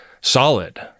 Solid